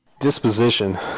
Disposition